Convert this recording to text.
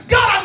God